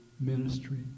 ministry